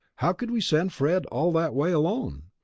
how could we send fred all that way alone!